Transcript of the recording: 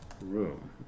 room